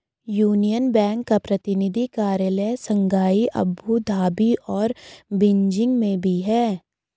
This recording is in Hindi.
यूनियन बैंक का प्रतिनिधि कार्यालय शंघाई अबू धाबी और बीजिंग में भी है